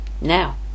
Now